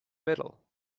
middle